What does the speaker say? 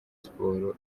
sports